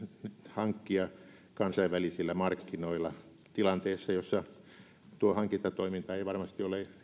hankkija kansainvälisillä markkinoilla tilanteessa jossa tuo hankintatoiminta ei varmasti ole